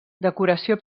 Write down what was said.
decoració